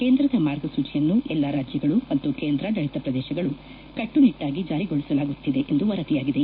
ಕೇಂದ್ರದ ಮಾರ್ಗಸೂಚಿಯನ್ನು ಎಲ್ಲಾ ರಾಜ್ಯಗಳು ಮತ್ತು ಕೇಂದ್ರಾಡಳಿತ ಪ್ರದೇಶಗಳಲ್ಲಿ ಕಟ್ಟುನಿಟ್ಟಾಗಿ ಜಾರಿಗೊಳಿಸಲಾಗುತ್ತಿದೆ ಎಂದು ವರದಿಯಾಗಿದೆ